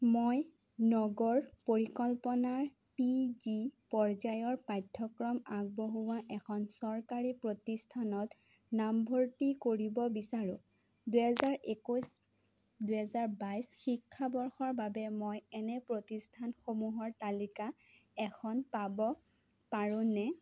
মই নগৰ পৰিকল্পনাৰ পি জি পৰ্যায়ৰ পাঠ্যক্ৰম আগবঢ়োৱা এখন চৰকাৰী প্ৰতিষ্ঠানত নামভৰ্তি কৰিব বিচাৰোঁ দুহেজাৰ একৈছ দুহেজাৰ বাইছ শিক্ষাবৰ্ষৰ বাবে মই এনে প্ৰতিষ্ঠানসমূহৰ তালিকা এখন পাব পাৰোঁনে